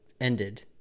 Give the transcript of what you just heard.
ended